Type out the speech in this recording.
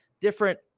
different